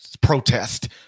protest